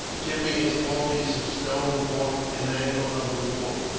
chipping a small piece of stone off an angle of the wall,